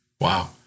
Wow